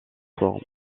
formes